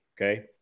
okay